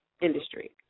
industry